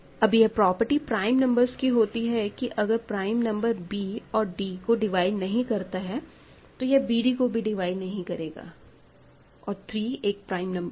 अब यह property prime numbers की होती है कि अगर प्राइम नंबर b और d को डिवाइड नहीं करता है तो यह bd को भी डिवाइड नहीं करेगा और 3 एक प्राइम नंबर है